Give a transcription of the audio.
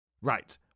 Right